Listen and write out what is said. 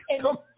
Come